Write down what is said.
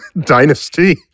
dynasty